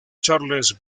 charles